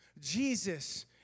Jesus